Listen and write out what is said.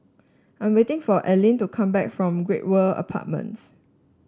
I am waiting for Alene to come back from Great World Apartments